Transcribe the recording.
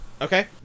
Okay